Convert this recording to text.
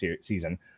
season